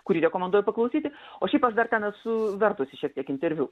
kurį rekomenduoju paklausyti o šiaip aš dar ten esu vertusi šiek tiek interviu